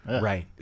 right